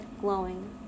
glowing